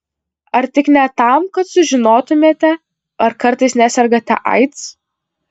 ar tik ne tam kad sužinotumėte ar kartais nesergate aids